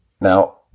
Now